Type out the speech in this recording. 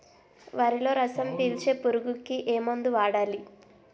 వరిలో రసం పీల్చే పురుగుకి ఏ మందు వాడాలి?